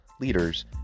leaders